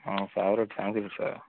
favorite subject sir